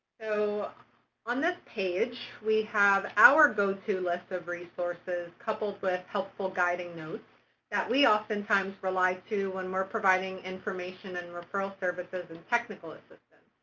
so on this page, we have our go-to list of resources coupled with helpful guiding notes that we oftentimes rely to when we're providing information and referral services and technical assistance.